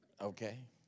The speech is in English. Okay